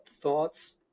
thoughts